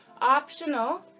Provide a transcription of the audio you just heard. Optional